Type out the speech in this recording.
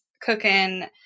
cooking